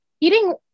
eating